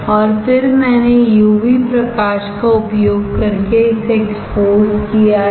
और फिर मैंने यूवी प्रकाश का उपयोग करके इसे एक्सपोज किया है